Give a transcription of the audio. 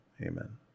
Amen